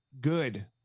good